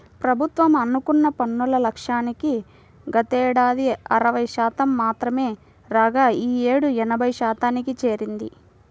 ప్రభుత్వం అనుకున్న పన్నుల లక్ష్యానికి గతేడాది అరవై శాతం మాత్రమే రాగా ఈ యేడు ఎనభై శాతానికి చేరింది